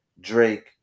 Drake